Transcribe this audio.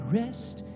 rest